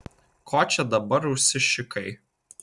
ko čia dabar užsišikai